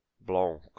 Blanc